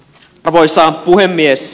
arvoisa puhemies